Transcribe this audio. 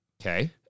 Okay